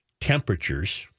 temperatures